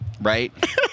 right